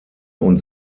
und